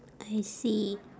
I see